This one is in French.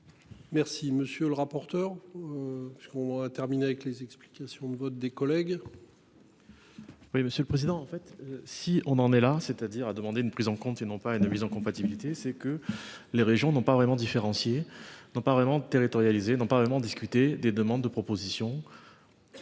Merci monsieur le rapporteur. Parce qu'on a terminé avec les explications de vote, des collègues. Oui, monsieur le président. En fait si on en est là, c'est-à-dire à demander une prise en compte et non pas une mise en compatibilité c'est que les régions n'ont pas vraiment différencier non pas vraiment de territorialiser non pas vraiment discuter des demandes de propositions.